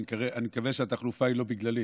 אני מקווה שהתחלופה היא לא בגללי.